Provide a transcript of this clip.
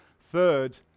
Third